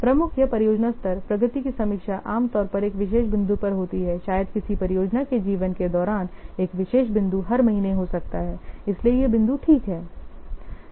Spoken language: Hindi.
प्रमुख या परियोजना स्तर प्रगति की समीक्षा आम तौर पर एक विशेष बिंदु पर होती है शायद किसी परियोजना के जीवन के दौरान एक विशेष बिंदु हर महीने हो सकता है इसलिए ये बिंदु ठीक हैं